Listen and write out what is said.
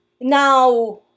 Now